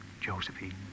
Josephine